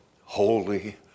holy